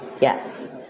Yes